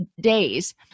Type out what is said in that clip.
days